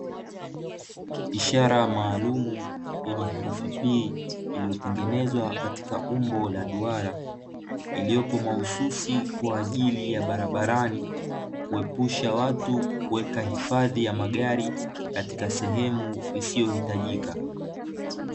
Ishara maalumu yenye herufi P, iliyotengenezwa katika umbo la duara, iliyopo mahususi kwa ajili ya barabarani, kuepusha watu kuweka hifadhi ya magari katika sehemu isiyohitajika.